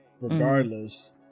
regardless